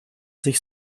sich